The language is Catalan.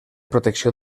protecció